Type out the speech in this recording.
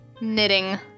knitting